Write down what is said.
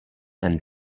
and